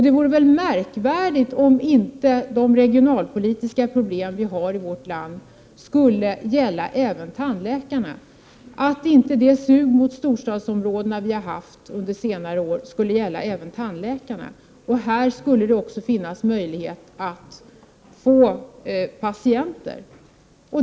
Det vore märkvärdigt om inte de regionalpolitiska problem som vi har i vårt land skulle gälla även tandläkare, om inte det sug mot storstadsområdena som vi haft under senare år skulle gälla även dem. I de områdena skulle det också finnas möjligheter att få patienter.